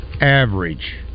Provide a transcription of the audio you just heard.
average